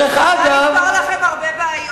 ברית הזוגיות עם קדימה, לפתור לכם הרבה בעיות.